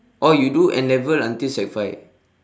oh you do N-level until sec five